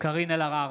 קארין אלהרר,